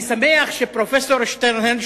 אני שמח שפרופסור שטרנהל,